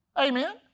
Amen